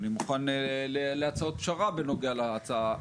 אני מוכן להצעות פשרה בנוגע להצעה.